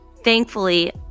Thankfully